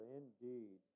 indeed